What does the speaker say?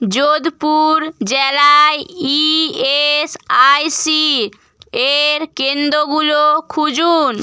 যোধপুর জেলায় ইএসআইসি এর কেন্দ্রগুলো খুঁজুন